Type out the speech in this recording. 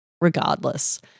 regardless